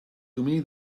domini